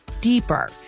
deeper